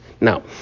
Now